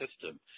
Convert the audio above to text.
system